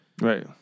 Right